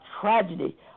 tragedy